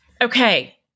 okay